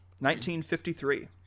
1953